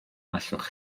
allwch